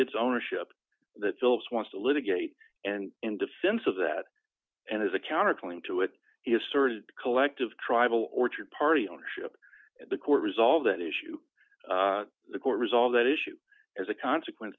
its ownership that phillips wants to litigate and in defense of that and as a counterpoint to it is sort of collective tribal orchard party ownership the court resolve that issue the court resolve that issue as a consequence